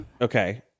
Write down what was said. Okay